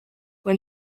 when